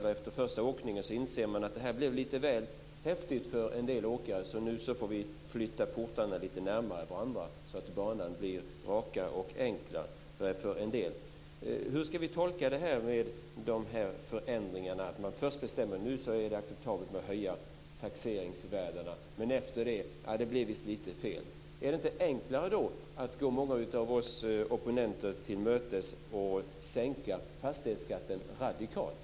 Efter första åkningen inser man att det kanske blev lite väl häftigt för en del åkare, så nu får man flytta portarna lite närmare varandra, så att banan blir rakare och enklare för en del. Hur ska vi tolka de här förändringarna? Först bestämmer man att det är acceptabelt att höja taxeringsvärdena, men efteråt säger man att det blev lite fel. Är det inte enklare att gå många av oss opponenter till mötes och sänka fastighetsskatten radikalt?